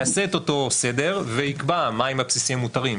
יעשה את אותו סדר ויקבע מהם הבסיסי המותרים,